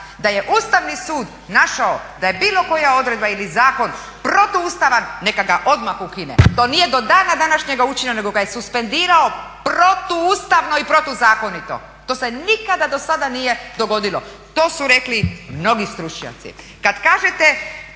Da je Ustavni sud našao da je bilo koja odredba ili zakon protuustavan neka ga odmah ukine. To nije do dana današnjega učinjeno nego ga je suspendirao protuustavno i protuzakonito. To se nikada do sada nije dogodilo. To su rekli mnogi stručnjaci. Kada kažete